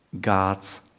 God's